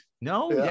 No